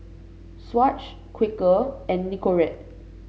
Swatch Quaker and Nicorette